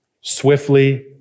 swiftly